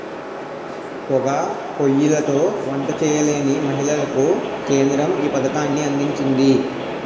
పోగా పోయ్యిలతో వంట చేయలేని మహిళలకు కేంద్రం ఈ పథకాన్ని అందించింది